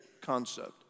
concept